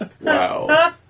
Wow